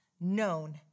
known